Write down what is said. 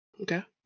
Okay